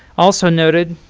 also noted,